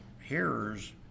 hearers